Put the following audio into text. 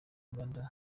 nganda